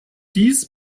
dies